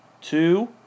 Two